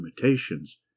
limitations